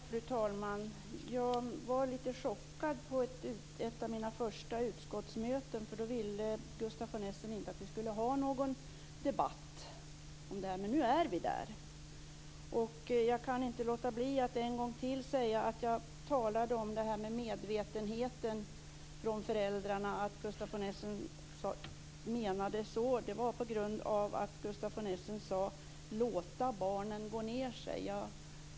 Fru talman! Jag blev på ett av mina första utskottsmöten lite chockad av att Gustaf von Essen inte ville att vi skulle ha någon debatt om det här, men nu är vi där. Jag kan inte låta bli att än en gång ta upp frågan om föräldrarnas medvetenhet. Gustaf von Essen använde uttrycket "låta barnen gå ned sig".